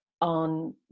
on